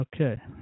Okay